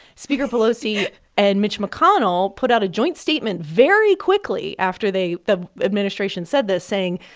speaker pelosi and mitch mcconnell put out a joint statement very quickly after they the administration said this, saying,